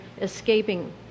escaping